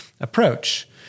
approach